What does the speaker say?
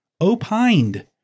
opined